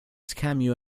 cameo